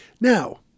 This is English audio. Now